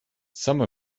some